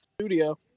studio